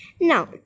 Now